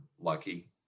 lucky